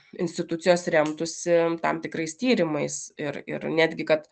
institucijos remtųsi tam tikrais tyrimais ir ir netgi kad